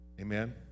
amen